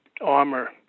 armor